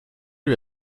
lui